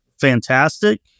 fantastic